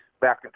back